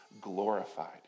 glorified